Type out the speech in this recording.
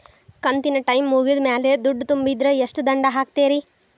ಕಂತಿನ ಟೈಮ್ ಮುಗಿದ ಮ್ಯಾಲ್ ದುಡ್ಡು ತುಂಬಿದ್ರ, ಎಷ್ಟ ದಂಡ ಹಾಕ್ತೇರಿ?